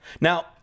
Now